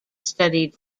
studied